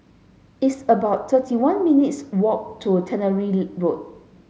it's about thirty one minutes' walk to Tannery Road